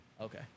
Okay